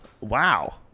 wow